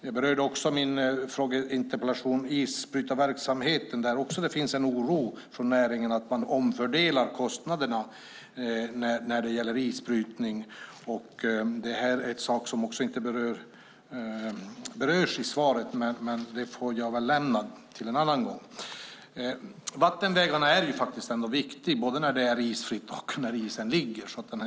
I min interpellation berörde jag också isbrytarverksamheten, där det finns en oro från näringen att man omfördelar kostnaderna när det gäller isbrytning. Det här berörs inte i svaret, så det får jag väl lämna till en annan gång. Vattenvägarna är faktiskt viktiga, både när det är isfritt och när isen ligger.